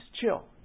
chill